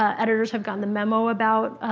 ah editors have gotten the memo about